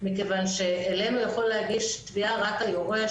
מכיוון שאלינו יכול להגיש תביעה רק היורש,